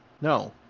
No